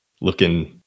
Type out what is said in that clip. looking